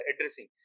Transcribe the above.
addressing